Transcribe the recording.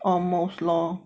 almost lor